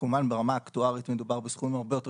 כמובן ברמה האקטוארית מדובר בסכומים הרבה יותר